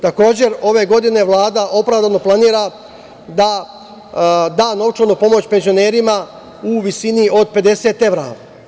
Takođe, ove godine Vlada opravdano planira da da novčanu pomoć penzionerima u visini od 50 evra.